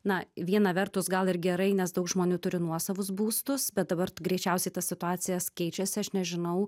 na viena vertus gal ir gerai nes daug žmonių turi nuosavus būstus bet dabar greičiausiai ta situacija keičiasi aš nežinau